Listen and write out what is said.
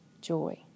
joy